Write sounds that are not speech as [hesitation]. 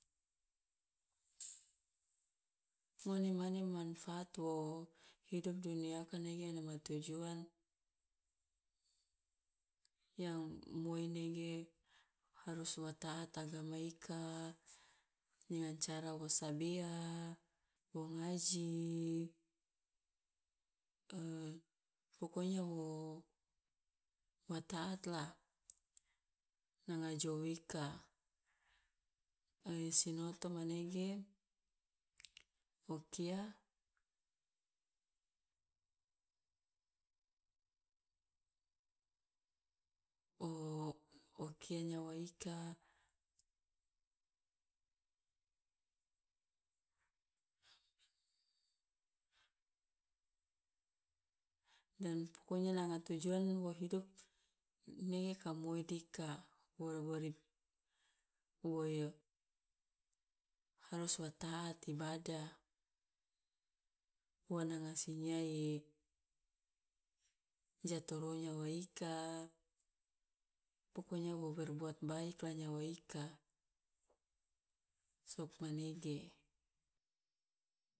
[noise] ngone mane manfaat wo hidup duniaka nege ena ma tujuan yang moi nege harus wa taat agama ika dengan cara wo sabea, wo ngaji [hesitation] pokonya wo wa taat lah nanga jou ika [hesitation] sinoto manege o kia [hesitation] o kia nyawa ika, dan pokonya la nga tujuan wo hidup nege ka moi dika, [unintelligible] harus wa taat ibadah ua nanga sinyia i ja torou nyawa ika, pokonya wo berbuat baiklah nyawa ika, sokmanege.